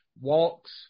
Walks